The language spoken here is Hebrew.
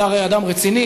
אתה הרי אדם רציני,